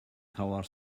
tower